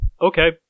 okay